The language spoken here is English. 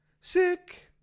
sick